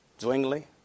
Zwingli